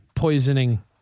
Poisoning